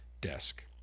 desk